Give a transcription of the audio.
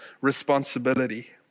responsibility